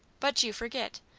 but you forget.